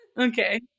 Okay